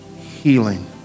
healing